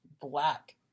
black